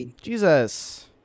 Jesus